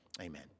Amen